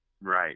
Right